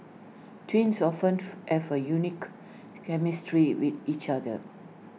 twins often have A unique chemistry with each other